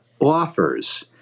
offers